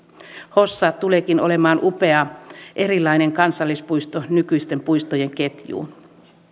hossa tuleekin olemaan upea erilainen kansallispuisto nykyisten puistojen ketjuun